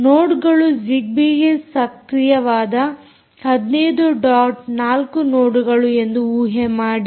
ನೋಡ್ಗಳು ಜಿಗ್ಬೀ ಸಕ್ರಿಯವಾದ 15 ಡಾಟ್ 4 ನೋಡ್ಗಳು ಎಂದು ಊಹೆ ಮಾಡಿ